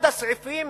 אחד הסעיפים